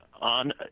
On